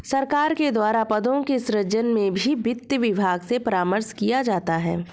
सरकार के द्वारा पदों के सृजन में भी वित्त विभाग से परामर्श किया जाता है